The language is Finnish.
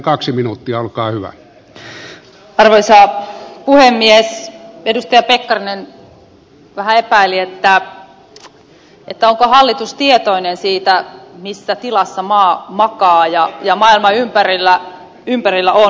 edustaja pekkarinen vähän epäili onko hallitus tietoinen siitä missä tilassa maa makaa ja maailma ympärillä on